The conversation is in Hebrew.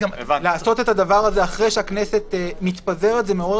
לעשות את הדבר הזה אחרי שהכנסת מתפזרת זה יעורר